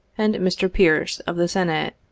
and mr. pearce, of the senate.